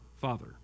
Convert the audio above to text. Father